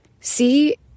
See